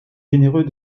généreux